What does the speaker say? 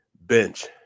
bench